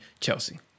chelsea